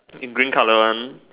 in green colour one